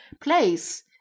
place